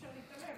אי-אפשר להתעלם.